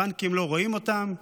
הבנקים לא רואים אותם,